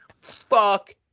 fuck